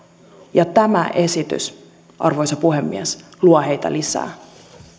ja tämä esitys arvoisa puhemies luo heitä lisää